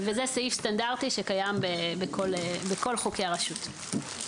זה סעיף סטנדרטי שקיים בכל חוקי הרשות.